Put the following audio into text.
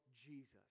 Jesus